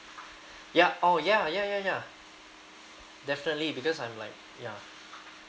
ya oh ya ya ya ya definitely because I'm like ya